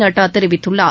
நட்டா தெரிவித்துள்ளார்